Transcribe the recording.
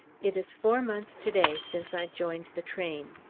it is four months to-day since i joined the train.